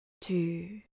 two